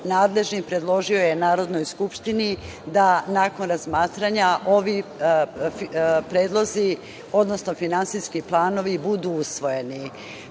je predložio Narodnoj skupštini da, nakon razmatranja, ovi predlozi, odnosno finansijski planovi budu usvojeni. Tokom